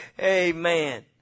Amen